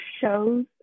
shows